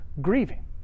grieving